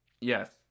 Yes